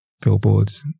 billboards